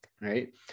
Right